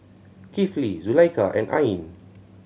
Kifli Zulaikha and Ain